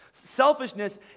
Selfishness